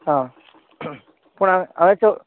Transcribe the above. हां पूण हय तो